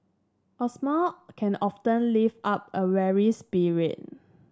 a smile can often lift up a weary spirit